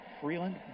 Freeland